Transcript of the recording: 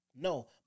No